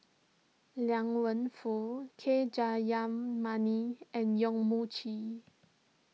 Liang Wenfu K Jayamani and Yong Mun Chee